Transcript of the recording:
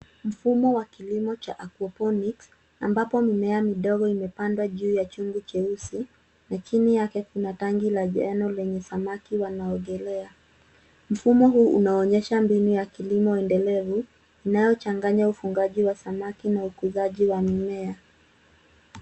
Mfumo wa kilimo cha aquaponics ambapo mimea midogo imepandwa juu ya chungu cheusi na chini yake kuna tangi la njano lenye samaki wanaogelea. Mfumo huu unaonyesha mbinu ya kilimo endelevu inaochanganya ufugaji wa samaki na ukuzaji wa mimea.